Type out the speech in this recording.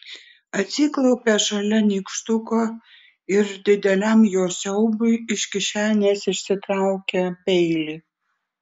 atsiklaupė šalia nykštuko ir dideliam jo siaubui iš kišenės išsitraukė peilį